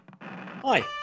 Hi